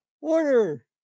order